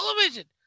television